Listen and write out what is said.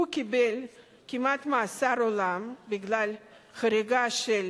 הוא קיבל כמעט מאסר עולם בגלל הריגה של